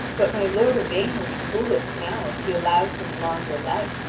but my lord yvain will be foolish now if he allows him longer life,